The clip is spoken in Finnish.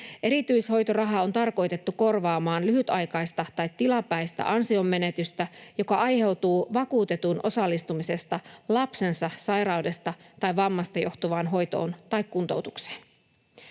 Erityishoitoraha on tarkoitettu korvaamaan lyhytaikaista tai tilapäistä ansionmenetystä, joka aiheutuu vakuutetun osallistumisesta lapsensa sairaudesta tai vammasta johtu-vaan hoitoon tai kuntoutukseen.